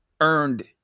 earned